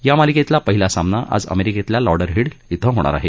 या मालिकेतला पहिला सामना आज अमेरिकेतल्या लॉडरहिल इथं होणार आहे